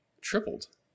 tripled